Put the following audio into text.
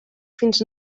fins